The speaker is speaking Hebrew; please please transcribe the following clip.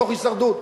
מתוך הישרדות.